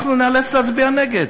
אנחנו ניאלץ להצביע נגד,